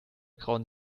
grauen